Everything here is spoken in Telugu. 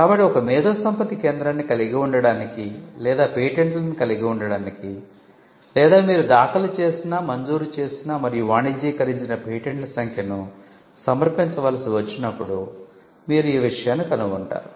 కాబట్టి ఒక మేధోసంపత్తి కేంద్రాన్ని కలిగి ఉండటానికి లేదా పేటెంట్లను కలిగి ఉండటానికి లేదా మీరు దాఖలు చేసిన మంజూరు చేసిన మరియు వాణిజ్యీకరించిన పేటెంట్ల సంఖ్యను సమర్పించవలసి వచ్చినప్పుడు మీరు ఈ విషయాన్ని కనుగొంటారు